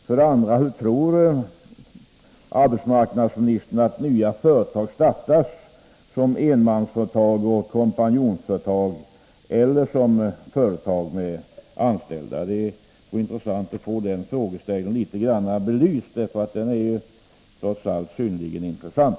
För det andra: Hur tror arbetsmarknadsministern att nya företag startas — som enmansföretag och kompanjonföretag eller som företag med anställda? Det vore intressant att få den frågeställningen något belyst — den är trots allt synnerligen intressant.